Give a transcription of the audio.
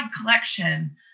collection